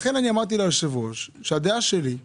לכן אמרתי ליושב-ראש שהדעה שלי היא